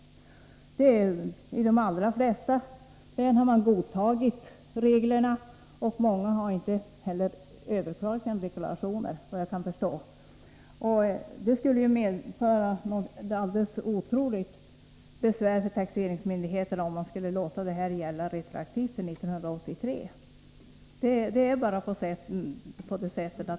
I de allra flesta län har man godtagit reglerna, och många har inte heller överklagat sina deklarationer, såvitt jag kan förstå. Det skulle medföra ett otroligt besvär för taxeringsmyndigheterna om man skulle låta den nya lagen gälla retroaktivt för 1983.